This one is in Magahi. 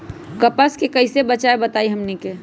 कपस से कईसे बचब बताई हमनी के?